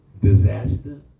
disaster